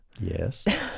yes